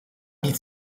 niet